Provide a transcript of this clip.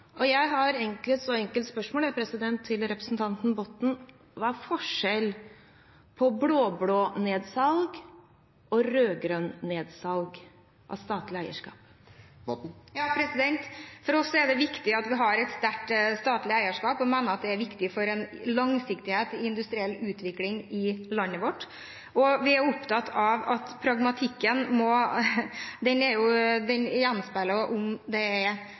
Jeg har et så enkelt spørsmål til representanten Botten: Hva er forskjellen på blå-blått nedsalg og rød-grønt nedsalg av statlig eierskap? For oss er det viktig at vi har et sterkt statlig eierskap. Vi mener det er viktig for langsiktighet og industriell utvikling i landet vårt. Vi er opptatt av at pragmatikken gjenspeiler om det er god argumentasjon for de typene salg man foretar, eventuelt oppkjøp, framfor ideologi, som bare er en generell begrunnelse uansett. I denne meldingen er